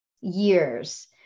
years